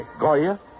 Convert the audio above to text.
Goya